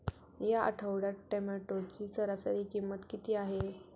या आठवड्यात टोमॅटोची सरासरी किंमत किती आहे?